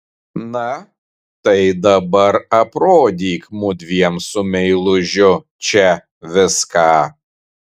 na tai dabar aprodyk mudviem su meilužiu čia viską